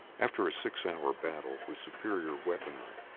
after a six-hour battle, with superior weaponry,